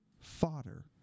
Fodder